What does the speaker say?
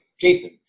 Jason